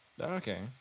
Okay